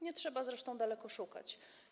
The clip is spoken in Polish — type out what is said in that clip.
Nie trzeba zresztą daleko szukać.